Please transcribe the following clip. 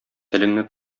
телеңне